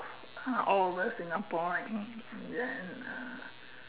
all over Singapore then uh